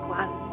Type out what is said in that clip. one